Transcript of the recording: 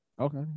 Okay